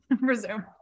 resume